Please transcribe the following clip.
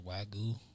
Wagyu